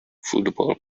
football